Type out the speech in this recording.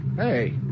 Hey